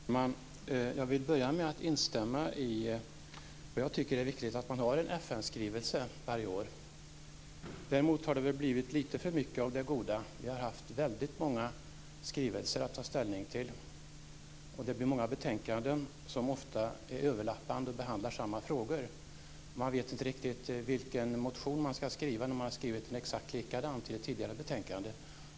Fru talman! Jag vill börja med att instämma, jag tycker att det är viktigt att man har en FN-skrivelse varje år. Däremot har det blivit litet för mycket av det goda. Vi har haft väldigt många skrivelser att ta ställning till. Det blir många betänkanden, som ofta är överlappande och behandlar samma frågor. Man vet inte riktigt vilken motion man skall skriva när man har skrivit en exakt likadan till ett tidigare betänkande.